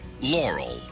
Laurel